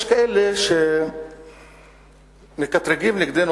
יש כאלה שמקטרגים נגדנו,